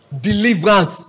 deliverance